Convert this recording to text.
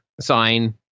sign